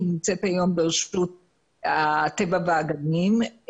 היא נמצאת היום ברשות הטבע והגנים,